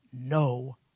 no